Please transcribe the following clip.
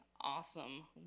awesome